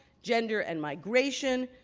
gender and migration,